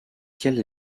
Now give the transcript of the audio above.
quelle